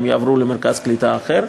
הם יעברו למרכז קליטה אחר,